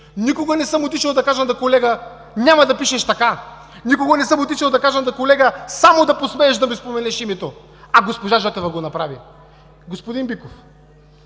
никога не съм отишъл да кажа на колега: няма да пишеш така! Никога не съм отишъл на кажа на колега: само да посмееш да ми споменеш името! А госпожа Жотева го направи. Господин Биков,